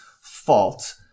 fault